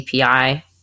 API